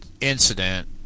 incident